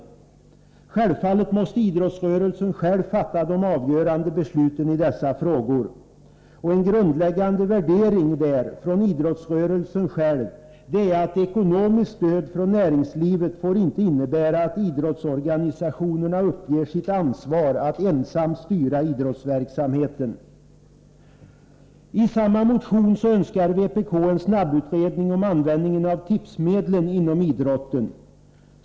Det är givet att idrottsrörelsen själv måste fatta de avgörande besluten i dessa frågor. En grundläggande värdering, som den uttalats av idrottsrörelsen, är att ekonomiskt stöd från näringslivet inte får innebära att idrottsorganisationerna uppger sitt ansvar när det gäller att ensamma styra idrottsverksamheten. I samma motion önskar vpk en snabbutredning om användningen av tipsmedlen inom idrotten.